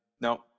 no